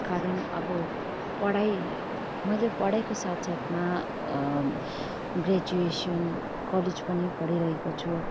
कारण अब पढाइ मैले पढाइको साथ साथमा ग्र्याजुएसन कलेज पनि पढिरहेको छु